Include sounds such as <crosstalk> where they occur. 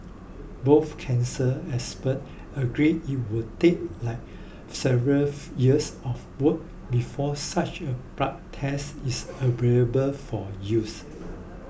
both cancer experts agree it will take <hesitation> several years of work before such a blood test is available for use